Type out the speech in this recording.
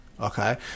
Okay